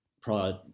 pride